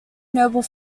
noble